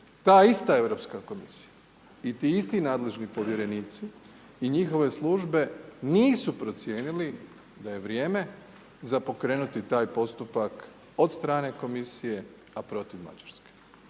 ta ista Europska komisija i ti isti nadležni povjerenici i njihove službe, nisu procijenili da je vrijeme za pokrenuti taj postupak od strane komisije a protiv Mađarske.